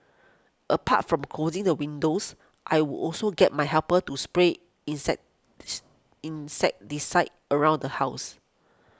apart from closing the windows I would also get my helper to spray inset insecticide around the house